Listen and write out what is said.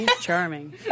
charming